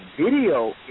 video